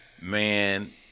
Man